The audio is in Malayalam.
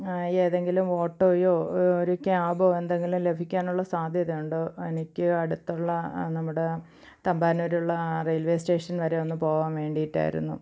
ഏതെങ്കിലും ഓട്ടോയോ ഒരു ക്യാബോ എന്തെങ്കിലും ലഭിക്കാനുള്ള സാധ്യത ഉണ്ടോ എനിക്ക് അടുത്തുള്ള നമ്മുടെ തമ്പാനൂരുള്ള ആ റെയിൽവേ സ്റ്റേഷൻ വരെ ഒന്ന് പോകാൻ വേണ്ടിയിട്ടായിരുന്നു